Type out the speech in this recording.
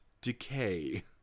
decay